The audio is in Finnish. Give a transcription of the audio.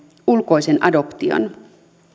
ulkoisen adoption